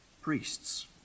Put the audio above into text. priests